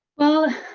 well